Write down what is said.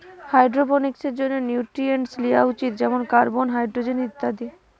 হাইড্রোপনিক্সের জন্যে নিউট্রিয়েন্টস লিয়া উচিত যেমন কার্বন, হাইড্রোজেন ইত্যাদি